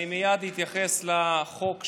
אני מייד אתייחס לחוק,